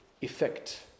effect